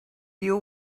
you